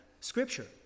scripture